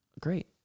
Great